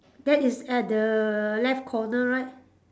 that is at the left corner right